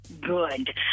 good